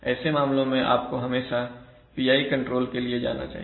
ऐसे मामलों में आपको हमेशा PI कंट्रोल के लिए जाना चाहिए